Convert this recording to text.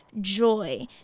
joy